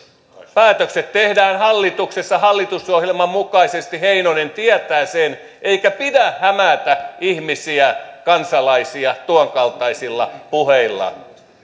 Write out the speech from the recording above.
päätökset tehdään hallituksessa hallitusohjelman mukaisesti heinonen tietää sen eikä pidä hämätä ihmisiä kansalaisia tuonkaltaisilla puheilla